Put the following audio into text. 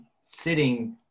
sitting